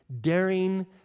daring